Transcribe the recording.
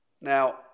Now